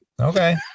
Okay